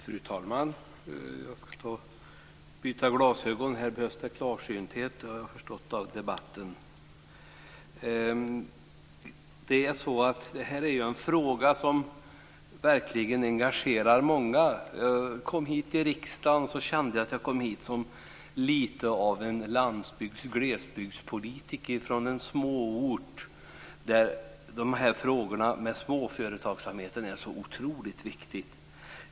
Fru talman! Jag ska börja med att byta glasögon - här behövs det klarsynthet har jag förstått av debatten. Detta är ju en fråga som verkligen engagerar många. När jag kom in i riksdagen så kände jag att jag kom hit som lite av en landsbygds och glesbygdspolitiker från en liten ort där frågan om småföretagsamheten är så otroligt viktig.